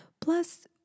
Plus